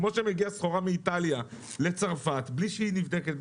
כמו שמגיעה סחורה מאיטליה לצרפת בלי שהיא נבדקת,